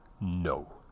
No